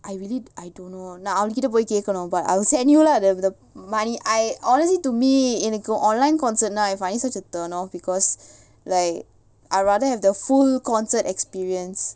I really I don't know நா அவள் கிட்ட போய் கேக்கனும்:naa aval kitta poi kekanum but I'll send you lah the the money I honestly to me எனக்கு:enakku online concert னா:naa I find it such a turn off because like I rather have the full concert experience